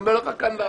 כאן ועכשיו: